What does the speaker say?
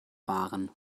fahren